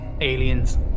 Aliens